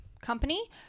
company